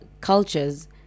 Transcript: cultures